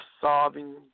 solving